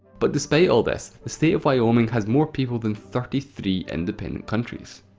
but despite all this, the state of wyoming has more people than thirty three independent countries.